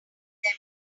them